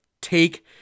take